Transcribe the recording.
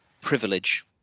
privilege